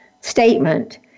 statement